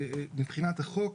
מבחינת החוק,